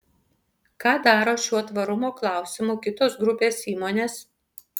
ką daro šiuo tvarumo klausimu kitos grupės įmonės